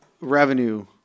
revenue